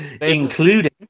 Including